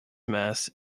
mast